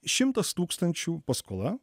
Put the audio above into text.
šimtas tūkstančių paskola